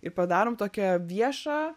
ir padarom tokią viešą